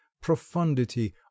profundity